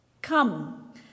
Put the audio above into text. Come